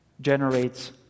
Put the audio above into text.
generates